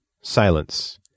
silence